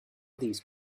these